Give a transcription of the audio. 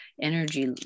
energy